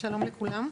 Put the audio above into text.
שלום לכולם.